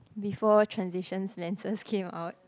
before transition lenses came out